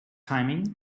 timing